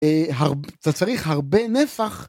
אתה צריך הרבה נפח.